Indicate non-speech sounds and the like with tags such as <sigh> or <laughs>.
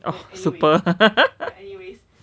super <laughs>